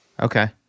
Okay